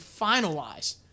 finalized